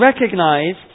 recognised